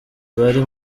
bari